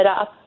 up